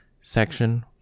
section